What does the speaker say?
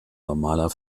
normaler